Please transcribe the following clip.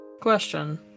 question